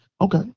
Okay